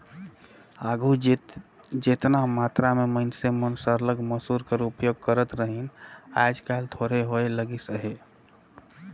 आघु जेतना मातरा में मइनसे मन सरलग मूसर कर उपियोग करत रहिन आएज काएल थोरहें होए लगिस अहे